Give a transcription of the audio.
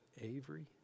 Avery